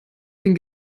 den